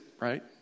right